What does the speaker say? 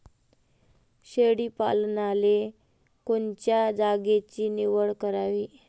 शेळी पालनाले कोनच्या जागेची निवड करावी?